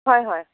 হয় হয়